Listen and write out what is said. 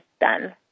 done